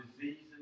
diseases